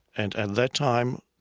and at that time,